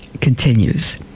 continues